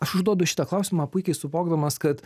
aš užduodu šitą klausimą puikiai suvokdamas kad